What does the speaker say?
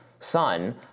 Son